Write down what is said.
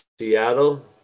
Seattle